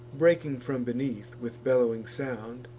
breaking from beneath with bellowing sound,